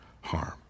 harm